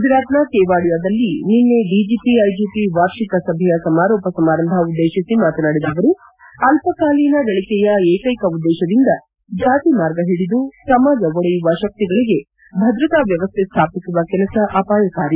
ಗುಜರಾತ್ನ ಕೆವಾಡಿಯಾದಲ್ಲಿ ನಿನ್ನೆ ಡಿಜಿಪಿ ಐಜಿಪಿ ವಾರ್ಷಿಕ ಸಭೆಯ ಸಮಾರೋಪ ಸಮಾರಂಭ ಉದ್ಲೇಶಿಸಿ ಮಾತನಾಡಿದ ಅವರು ಅಲ್ಲಕಾಲೀನ ಗಳಿಕೆಯ ಏಕ್ಕೆಕ ಉದ್ಲೇಶದಿಂದ ಜಾತಿ ಮಾರ್ಗ ಹಿಡಿದು ಸಮಾಜ ಒಡೆಯುವ ಶಕ್ತಿಗಳಿಗೆ ಭದ್ರತಾ ವ್ಯವಸ್ಲೆ ಸ್ಲಾಪಿಸುವ ಕೆಲಸ ಅಪಾಯಕಾರಿ